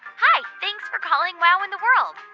hi. thanks for calling wow in the world.